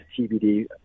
TBD